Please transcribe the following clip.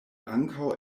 ankaŭ